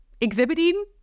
exhibiting